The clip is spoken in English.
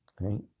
right